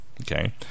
Okay